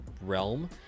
realm